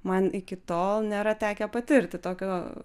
man iki tol nėra tekę patirti tokio